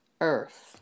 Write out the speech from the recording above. earth